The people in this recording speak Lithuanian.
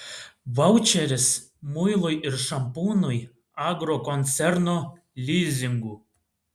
vaučeris muilui ir šampūnui agrokoncerno lizingu